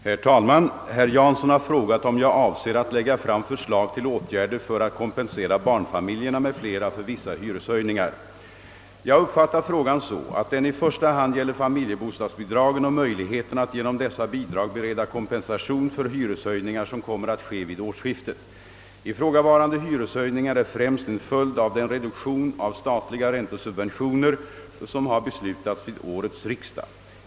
Herr talman! Herr Jansson har frågat om jag avser att lägga fram förslag till åtgärder för att kompensera barnfamiljer m.fl. för vissa hyreshöjningar. Jag har uppfattat frågan så, att den i första hand gäller familjebostadsbidragen och möjligheterna att genom dessa bidrag bereda kompensation för hyreshöjningar som kommer att ske vid årsskiftet. Ifrågavarande hyreshöjningar är främst en följd av den reduktion av statliga räntesubventioner som har beslutats vid årets riksdag.